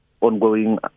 ongoing